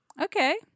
okay